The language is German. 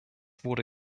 wurde